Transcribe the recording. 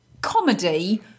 comedy